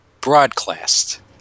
broadcast